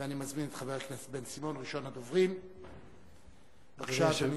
אתנו כאן,